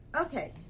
Okay